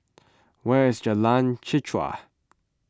where is Jalan Chichau